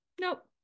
nope